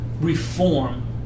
reform